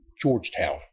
Georgetown